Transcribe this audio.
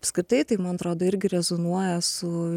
apskritai tai man atrodo irgi rezonuoja su